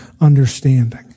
understanding